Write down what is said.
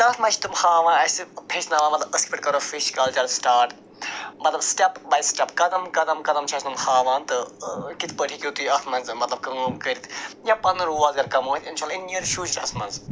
تَتھ منٛز چھِ تِم ہاوان اَسہِ ہیٚچھناوان مطلب أسۍ کِتھ پٲٹھۍ کَرو فِش کَلچَر سِٹاٹ مطلب سِٹٮ۪پ بَے سِٹٮ۪پ قدم قدم قدم چھِ اَسہِ یِم ہاوان تہٕ کِتھ پٲٹھۍ ہیٚکِو تُہۍ اَتھ منٛز مطلب کٲم کٔرِتھ یا پَنُن روزگار کَمٲیِتھ اِنشاء اللہ اِن نِیَر فیوٗچرَس منٛز